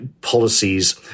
policies